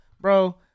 Bro